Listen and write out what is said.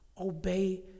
obey